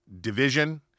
division